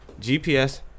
GPS